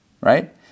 right